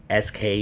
SK